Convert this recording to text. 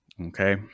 okay